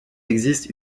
existe